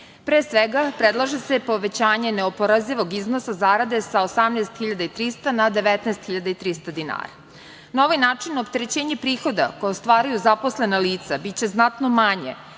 svega, predlaže se povećanje neoporezivog iznosa zarada sa 18.300 na 19.300 dinara. Na ovaj način opterećenje prihoda, koji ostvaruju zaposlena lica, biće znatno manje